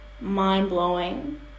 mind-blowing